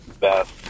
best